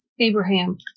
Abraham